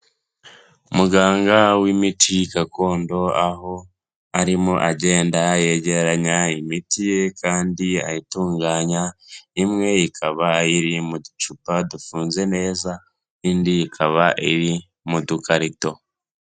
Muganga w'imiti gakondo, aho arimo agenda yegeranya imiti ye kandi ayitunganya, imwe ikaba iri mu ducupa dufunze neza, indi ikaba iri mu dukarito.